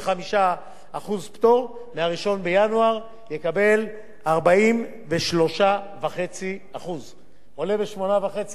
מ-1 בינואר יקבל 43.5%. עולה ב-8.5% בהנחה של הפטור,